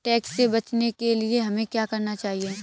Tax से बचने के लिए हमें क्या करना चाहिए?